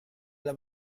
alla